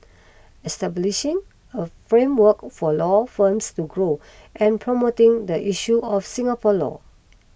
establishing a framework for law firms to grow and promoting the issue of Singapore law